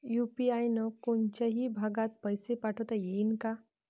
UPI न कोनच्याही भागात पैसे पाठवता येईन का?